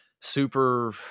super